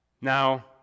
Now